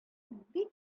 бик